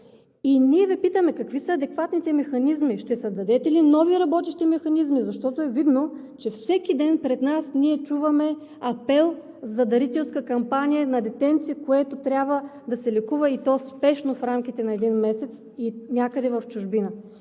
Ние Ви питаме: какви са адекватните механизми и ще създадете ли нови работещи механизми? Защото е видно, всеки ден ние чуваме апел за дарителска кампания на детенце, което трябва да се лекува, и то спешно, в рамките на един месец, някъде в чужбина.